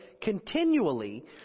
continually